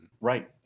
Right